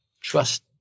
trust